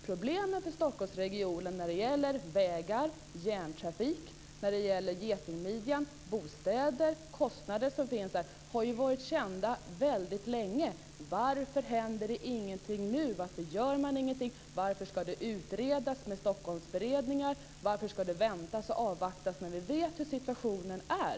Problemen för Stockholmsregionen när det gäller vägar, järnvägar, getingmidjan och kostnader för bostäder har varit kända väldigt länge. Varför händer ingenting nu? Varför gör man ingenting? Varför ska det vara Stockholmsberedningar? Varför ska det väntas och avvaktas när vi vet hur situationen är?